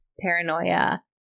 paranoia